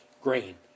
grain